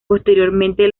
posteriormente